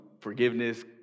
forgiveness